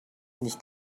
nicht